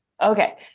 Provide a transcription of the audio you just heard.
Okay